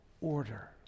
order